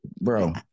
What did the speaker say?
Bro